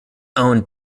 owned